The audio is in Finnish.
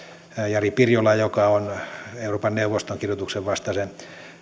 jari pirjola joka on euroopan neuvoston kidutuksen vastaisen